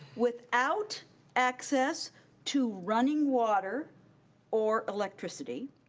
without access to running water or electricity,